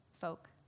folk